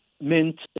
mint